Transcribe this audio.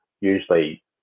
usually